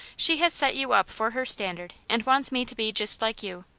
she has set you up for her standard and wants me to be just like you.